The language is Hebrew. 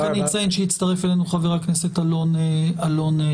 הצטרף אלינו חבר הכנסת אלון טל.